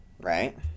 right